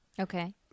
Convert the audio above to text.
Okay